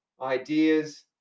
ideas